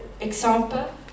example